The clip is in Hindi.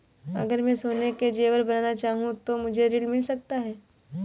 अगर मैं सोने के ज़ेवर बनाना चाहूं तो मुझे ऋण मिल सकता है?